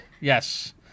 Yes